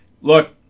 Look